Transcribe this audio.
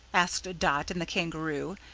asked dot and the kangaroo,